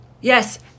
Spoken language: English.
Yes